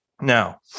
Now